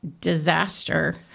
disaster